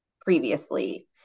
previously